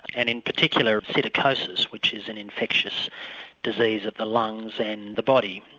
and in particular psittacosis which is an infectious disease of the lungs and the body.